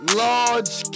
large